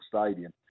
stadium